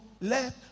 Let